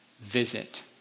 visit